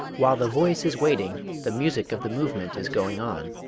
while the voice is waiting, the music of the movement is going on.